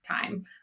time